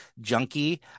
junkie